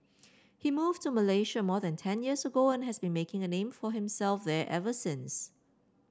he moved to Malaysia more than ten years ago and has been making a name for himself there ever since